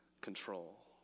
control